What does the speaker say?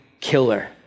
killer